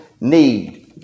need